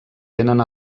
tenen